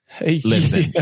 Listen